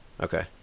okay